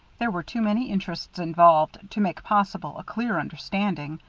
there were too many interests involved, to make possible a clear understanding,